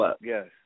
yes